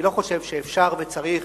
אני לא חושב שאפשר וצריך